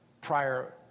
prior